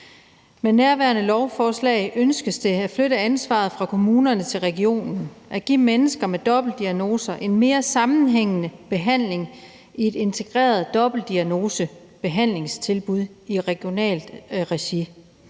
Med nærværende lovforslag ønskes det at flytte ansvaret fra kommunerne til regionen og at give mennesker med dobbeltdiagnoser en mere sammenhængende behandling i et integreret dobbeltdiagnosebehandlingstilbud i regionalt regi.